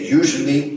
usually